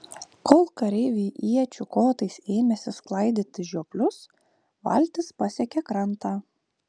kol kareiviai iečių kotais ėmėsi sklaidyti žioplius valtis pasiekė krantą